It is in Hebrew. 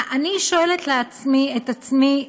אני שואלת את עצמי: